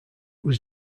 was